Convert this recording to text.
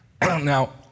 Now